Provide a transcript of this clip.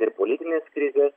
ir politinės krizės